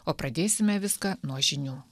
o pradėsime viską nuo žinių